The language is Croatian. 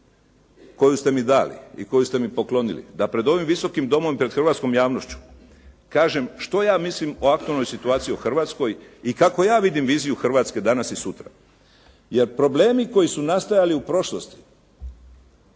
koju ste mi dali i koju ste mi poklonili, da pred ovim Visokim domom i pred hrvatskom javnošću kažem što ja mislim o aktualnoj situaciji u Hrvatskoj i kako ja vidim viziju Hrvatske danas i sutra. Jer problemi koji su nastajali u prošlosti